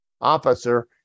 Officer